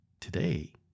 today